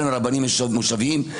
גם לרבנים מושביים,